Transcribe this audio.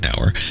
hour